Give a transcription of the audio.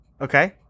okay